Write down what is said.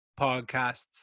podcasts